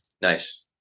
Nice